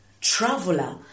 traveler